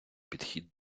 підхід